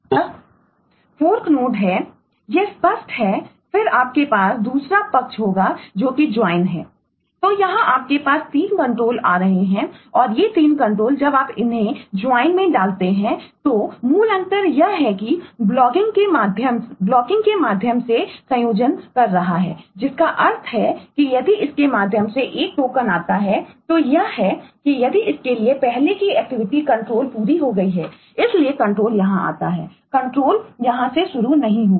तो यह फोर्कहै तो यहाँ आपके पास 3 कंट्रोल यहाँ से शुरू नहीं होगा